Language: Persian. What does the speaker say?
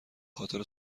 خاطر